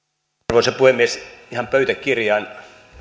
arvoisa puhemies ihan pöytäkirjan